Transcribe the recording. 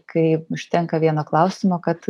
kai užtenka vieno klausimo kad